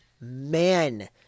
Man